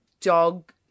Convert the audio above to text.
dog